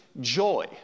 joy